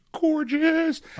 gorgeous